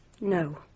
No